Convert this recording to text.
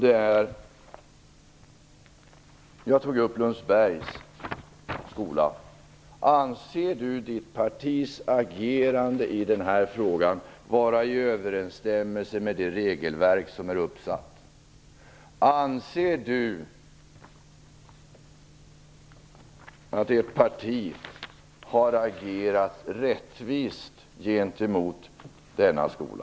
Jag tog i mitt anförande upp Lundsbergs skola. Anser Torgny Danielsson sitt partis agerande i den här frågan vara i överensstämmelse med det regelverk som är uppsatt? Anser han att hans parti har agerat rättvist gentemot denna skola?